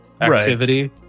activity